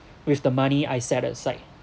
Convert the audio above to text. with the money I set aside